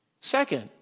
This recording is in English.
Second